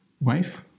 wife